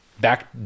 back